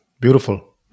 Beautiful